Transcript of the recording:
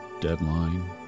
deadline